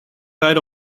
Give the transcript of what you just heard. rijden